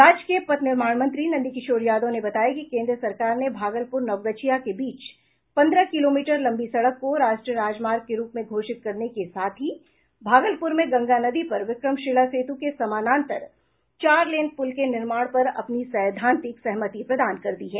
राज्य के पथ निर्माण मंत्री नंदकिशोर यादव ने बताया कि केंद्र सरकार ने भागलपुर नवगछिया के बीच पन्द्रह किलोमीटर लम्बी सड़क को राष्ट्रीय राजमार्ग के रूप में घोषित करने के साथ ही भागलपुर में गंगा नदी पर विक्रमशिला सेतु के समानांतर चार लेन पुल के निर्माण पर अपनी सैद्वांतिक सहमति प्रदान कर दी है